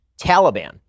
Taliban